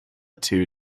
two